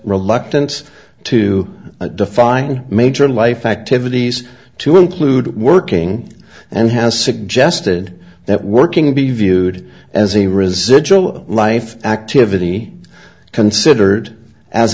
reluctance to define major life activities to include working and has suggested that working be viewed as a residual of life activity considered as